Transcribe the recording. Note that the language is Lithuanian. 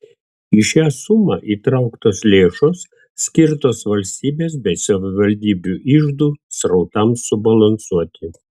į šią sumą įtrauktos lėšos skirtos valstybės bei savivaldybių iždų srautams subalansuoti